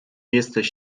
jesteś